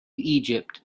egypt